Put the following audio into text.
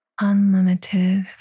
unlimited